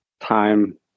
time